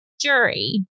jury